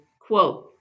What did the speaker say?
quote